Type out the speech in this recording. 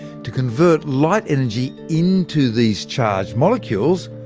to convert light energy into these charged molecules,